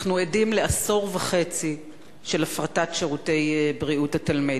אנחנו עדים לעשור וחצי של הפרטת שירותי בריאות התלמיד.